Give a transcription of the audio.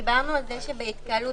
זאת ההדגשה שלי, שזאת לא התקהלות.